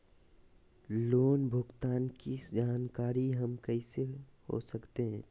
Loan भुगतान की जानकारी हम कैसे हो सकते हैं?